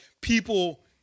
people